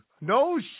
no